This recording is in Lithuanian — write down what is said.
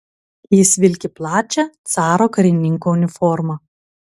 jis vilki plačia caro karininko uniforma